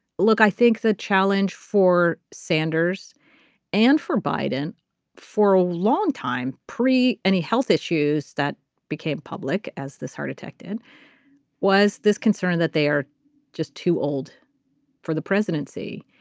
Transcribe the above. look i think the challenge for sanders and for biden for a long time pre any health issues that became public as this heart attack did was this concern that they are just too old for the presidency.